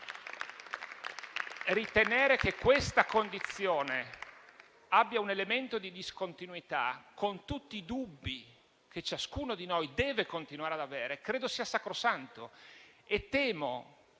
Ritenere che questa condizione abbia un elemento di discontinuità con tutti i dubbi che ciascuno di noi deve continuare ad avere credo sia sacrosanto. E temo